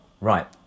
Right